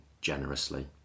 generously